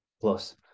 Plus